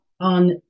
on